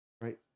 Right